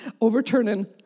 overturning